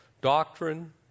doctrine